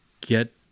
get